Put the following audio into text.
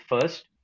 first